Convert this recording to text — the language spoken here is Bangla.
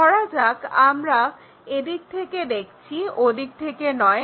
ধরা যাক আমরা এদিক থেকে দেখছি ওদিক থেকে নয়